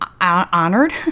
honored